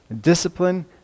Discipline